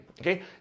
Okay